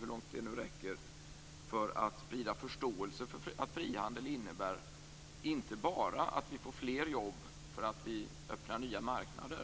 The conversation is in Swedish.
hur långt det nu räcker, för att sprida förståelse för att frihandel inte bara innebär att vi får fler jobb därför att vi öppnar nya marknader.